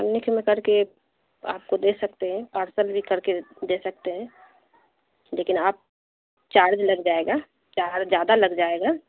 پنی میں کر کے آپ کو دے سکتے ہیں پارسل بھی کر کے دے سکتے ہیں لیکن آپ چارج لگ جائے گا چارج زیادہ لگ جائے گا